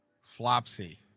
Flopsy